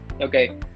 okay